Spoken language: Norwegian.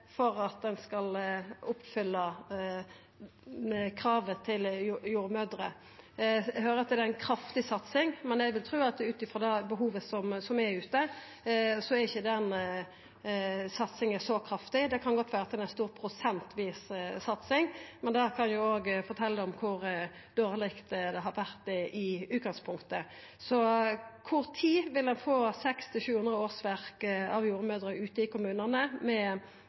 skal oppfylla kravet til jordmødrer. Eg høyrer at det er ei kraftig satsing, men ut frå behovet som er der ute, vil eg ikkje tru at den satsinga er så kraftig. Det kan godt vera ei stor prosentvis satsing, men det kan jo òg fortelja om kor dårleg det har vore i utgangspunktet. Kva tid vil ein få 600–700 årsverk av jordmødrer ute i kommunane med